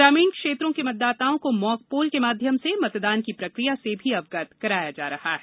ग्रामीण क्षेत्रों के मतदाताओं को मॉक पोल के माध्यम से मतदान की प्रक्रिया से भी अवगत कराया जा रहा है